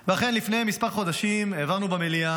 ואכן, לפני מספר חודשים העברנו במליאה,